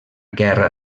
guerra